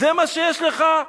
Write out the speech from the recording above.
זה מה שיש לך?